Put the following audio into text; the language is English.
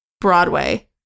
Broadway